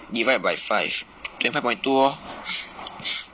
divide by five twenty five point two lor